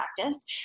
practice